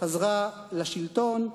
חזרה לשלטון.